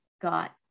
got